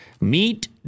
meet